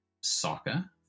soccer